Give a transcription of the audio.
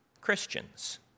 Christians